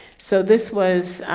so this was,